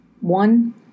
One